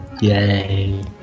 Yay